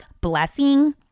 blessing